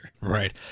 Right